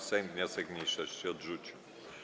Sejm wniosek mniejszości odrzucił.